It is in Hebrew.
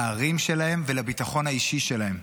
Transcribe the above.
לערים שלהם ולביטחון האישי שלהם.